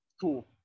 cool